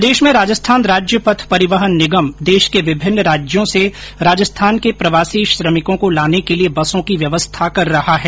प्रदेश में राजस्थान राज्य पथ परिवहन निगम देश के विभिन्न राज्यों से राजस्थान के प्रवासी श्रमिकों को लाने के लिए बसों की व्यवस्था कर रहा है